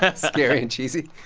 but scary and cheesy?